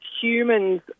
humans